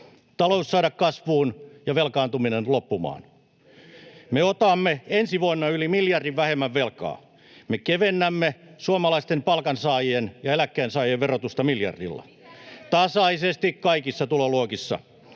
talous saada kasvuun ja velkaantuminen loppumaan. Me otamme ensi vuonna yli miljardin vähemmän velkaa. Me kevennämme suomalaisten palkansaajien ja eläkekkeensaajien verotusta miljardilla — tasaisesti kaikissa tuloluokissa.